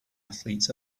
athletes